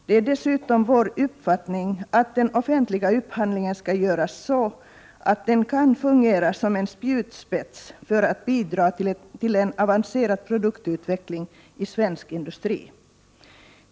Det är dessutom vår uppfattning att den offentliga upphandlingen skall göras så att den kan fungera som en spjutspets för att bidra till en avancerad produktutveckling i svensk industri.